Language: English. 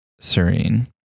Serene